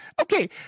Okay